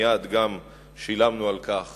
מייד גם שילמנו על כך